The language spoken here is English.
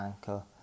ankle